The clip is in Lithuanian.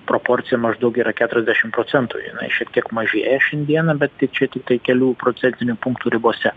proporcija maždaug yra keturiasdešim procentų jinai šiek tiek mažėja šiandieną bet tai čia tiktai kelių procentinių punktų ribose